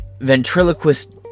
ventriloquist